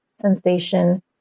sensation